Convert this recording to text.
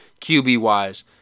QB-wise